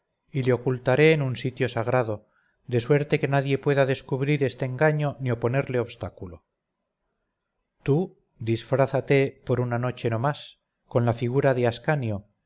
y le ocultaré en un sitio sagrado de suerte que nadie pueda descubrir este engaño ni oponerle obstáculo tú disfrázate por una noche no más con la figura de ascanio